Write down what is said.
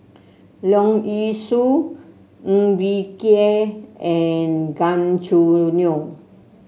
Leong Yee Soo Ng Bee Kia and Gan Choo Neo